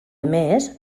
més